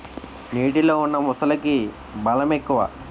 నీటిలో ఉన్న మొసలికి బలం ఎక్కువ